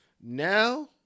Now